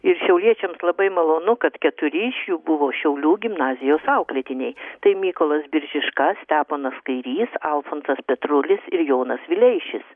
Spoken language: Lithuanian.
ir šiauliečiams labai malonu kad keturi iš jų buvo šiaulių gimnazijos auklėtiniai tai mykolas biržiška steponas kairys alfonsas petrulis ir jonas vileišis